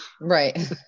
Right